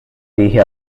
dije